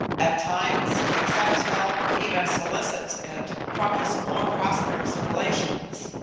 at times he accepts help even solicits it from his more prosperous relations,